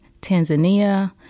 Tanzania